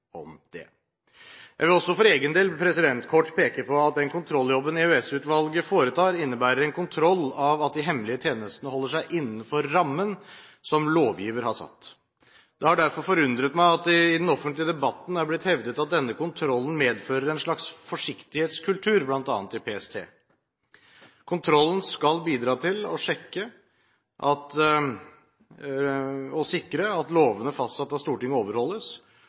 om det. Jeg vil også for egen del kort peke på at den kontrolljobben EOS-utvalget foretar, innebærer en kontroll av at de hemmelige tjenestene holder seg innenfor rammen som lovgiver har satt. Det har derfor forundret meg at det i den offentlige debatten er blitt hevdet at denne kontrollen medfører en slags forsiktighetskultur, bl.a. i PST. Kontrollen skal bidra til å sjekke og sikre at lovene fastsatt av Stortinget, overholdes,